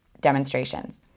demonstrations